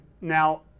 Now